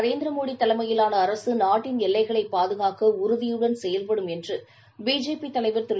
நரேந்திர மோடி தலைமையிலாள அரசு நாட்டின் எல்லைகளைப் பாதுகாக்க உறுதியுடன் செயல்படும் என்று பிஜேபி தலைவர் திரு